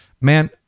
Man